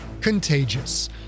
*Contagious*